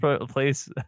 place